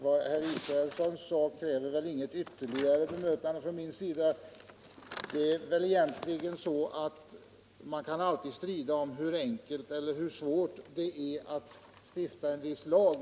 Vad herr Israelsson sade kräver inget ytterligare bemötande från min sida. Man kan alltid strida om hur enkelt eller svårt det är att stifta viss lag.